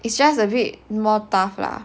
it's just a bit more tough lah